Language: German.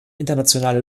internationale